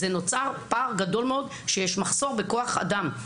נוצר פער גדול מאוד שיש מחסור בכוח אדם.